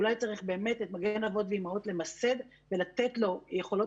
אולי צריך באמת למסד את "מגן אבות ואימהות" ולתת לו יכולות